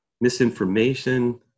misinformation